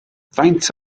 faint